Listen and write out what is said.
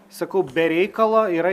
sakau be reikalo yra